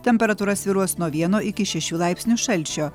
temperatūra svyruos nuo vieno iki šešių laipsnių šalčio